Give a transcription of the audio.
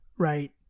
Right